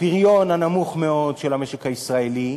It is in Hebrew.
הפריון הנמוך מאוד של המשק הישראלי,